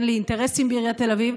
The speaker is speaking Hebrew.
אין לי אינטרסים בעיריית תל אביב,